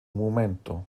momento